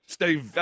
Steve